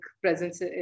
presence